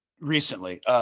recently